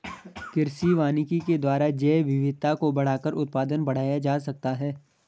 कृषि वानिकी के द्वारा जैवविविधता को बढ़ाकर उत्पादन बढ़ाया जा सकता है